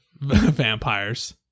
vampires